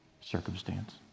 circumstance